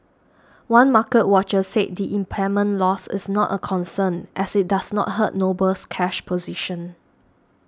one market watcher said the impairment loss is not a concern as it does not hurt Noble's cash position